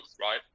right